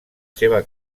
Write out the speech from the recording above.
seva